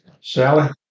Sally